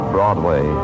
Broadway